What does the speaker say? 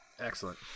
Excellent